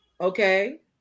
okay